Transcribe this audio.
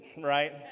right